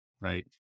Right